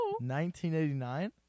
1989